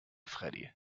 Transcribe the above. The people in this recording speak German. freddy